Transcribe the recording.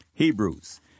Hebrews